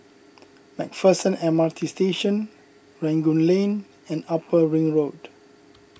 MacPherson M R T Station Rangoon Lane and Upper Ring Road